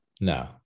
No